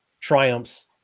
triumphs